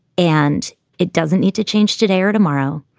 and it doesn't need to change today or tomorrow.